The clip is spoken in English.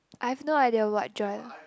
I have no idea what joy